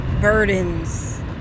burdens